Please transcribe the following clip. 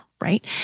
right